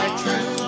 true